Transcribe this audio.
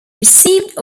received